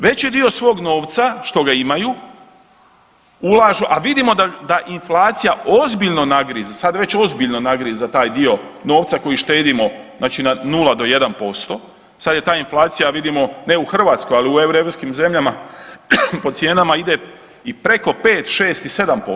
Veći dio svog novca što ga imaju ulažu, a vidimo da inflacija ozbiljno nagriza, sad već ozbiljno nagriza taj dio novca koji štedimo znači na 0 do 1%, sad je ta inflacija, vidimo, ne u Hrvatskoj, ali u europskih zemljama po cijena ide i preko 5, 6 i 7%